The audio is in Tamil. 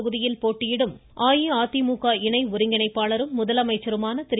தொகுதியில் போட்டியிடும் அஇஅதிமுக சேலம் எடப்பாடி இணை ஒருங்கிணைப்பாளரும் முதலமைச்சருமான திரு